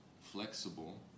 flexible